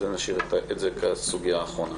נשאיר את זה כסוגיה אחרונה.